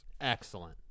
Excellent